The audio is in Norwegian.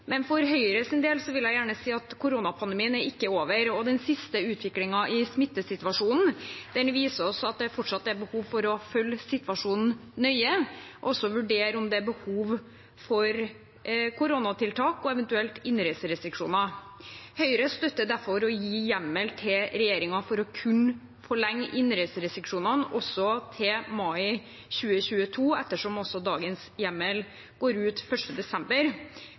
Men for Høyres del vil jeg gjerne si at koronapandemien er ikke over, og den siste utviklingen i smittesituasjonen viser oss at det fortsatt er behov for å følge situasjonen nøye og også vurdere om det er behov for koronatiltak og eventuelt innreiserestriksjoner. Høyre støtter derfor å gi hjemmel til regjeringen for å kunne forlenge innreiserestriksjonene til mai 2022, ettersom dagens hjemmel går ut 1. desember.